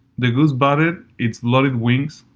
the goose batted its bloodied wings.